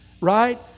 Right